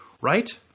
Right